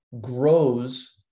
grows